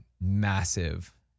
massive